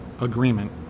agreement